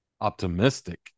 optimistic